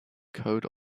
code